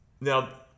Now